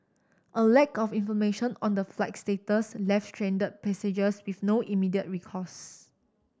a lack of information on the flight's status left stranded passengers with no immediate recourse